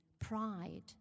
pride